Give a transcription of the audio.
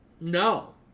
No